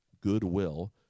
goodwill